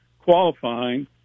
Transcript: qualifying